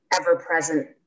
ever-present